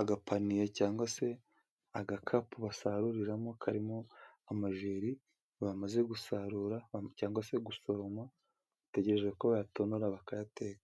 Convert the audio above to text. agapaniye cyangwa se agakapu basaruriramo, karimo amajeri bamaze gusarura cyangwa se gusoroma, bategereje ko bayatonora bakayateka.